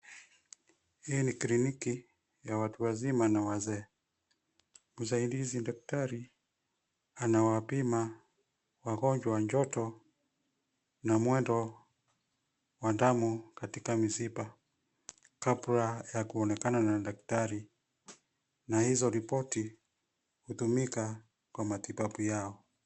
Hii ni kliniki, ya watu wazima na wazee. Msaidizi daktari, anawapima, wagonjwa joto, na mwendo, wa damu, katika mishipa, kabla ya kuonekana na daktari. Na hizo ripoti, hutumika, kwa matibabu yao.